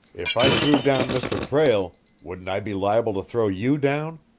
if i threw down mr. prale, wouldn't i be liable to throw you down,